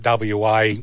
WA